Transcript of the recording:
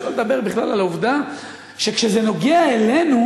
שלא לדבר על העובדה שכשזה נוגע אלינו